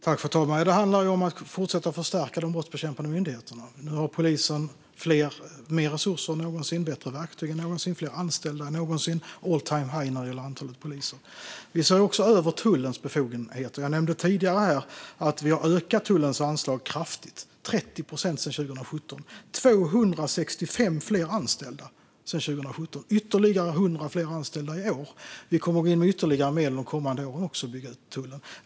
Fru talman! Det handlar om att fortsätta att förstärka de brottsbekämpande myndigheterna. Nu har polisen mer resurser än någonsin, bättre verktyg än någonsin, fler anställda än någonsin och all-time-high när det gäller antalet poliser. Vi ser också över tullens befogenheter. Jag nämnde tidigare att vi har ökat tullens anslag kraftigt - 30 procent sedan 2017. De har fått 265 fler anställda sedan 2017, och de får ytterligare 100 fler anställda i år. Vi kommer att gå in med ytterligare medel de kommande åren och bygga ut tullen.